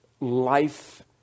life